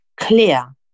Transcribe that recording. clear